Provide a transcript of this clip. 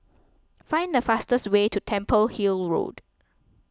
find the fastest way to Temple Hill Road